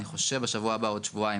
אני חושב שבשבוע הבא או בעוד שבועיים,